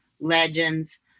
legends